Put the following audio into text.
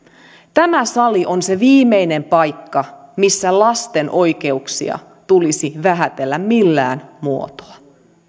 tämä sali on se viimeinen paikka missä lasten oikeuksia tulisi vähätellä millään muotoa